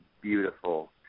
beautiful